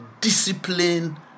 discipline